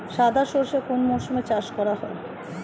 সাদা সর্ষে কোন মরশুমে চাষ করা হয়?